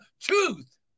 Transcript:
truth